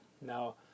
Now